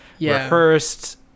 rehearsed